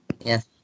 Yes